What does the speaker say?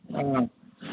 অ'